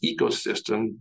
ecosystem